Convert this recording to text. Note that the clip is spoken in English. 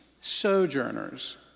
sojourners